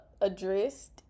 addressed